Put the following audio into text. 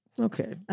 Okay